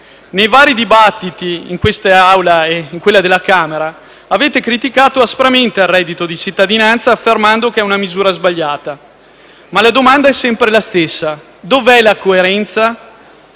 Nei vari dibattiti in quest'Aula e in quella della Camera avete criticato aspramente il reddito di cittadinanza affermando che è una misura sbagliata. La domanda però è sempre la stessa: dov'è la coerenza?